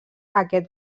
aquest